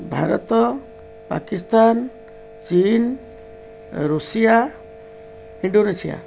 ଭାରତ ପାକିସ୍ତାନ ଚୀନ Russia Indonesia